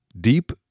Deep